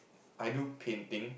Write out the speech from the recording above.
I do painting